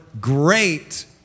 great